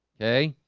hey